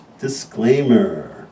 disclaimer